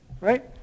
right